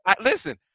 listen